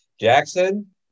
Jackson